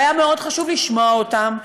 והיה מאוד חשוב לשמוע אותם.